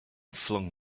flung